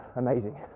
amazing